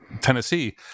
Tennessee